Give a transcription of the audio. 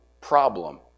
problem